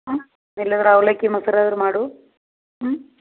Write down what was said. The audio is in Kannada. ಹಾಂ ಇಲ್ಲದ್ರ ಅವಲಕ್ಕಿ ಮೊಸರಾದರು ಮಾಡು ಹ್ಞೂ